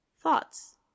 thoughts